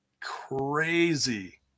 crazy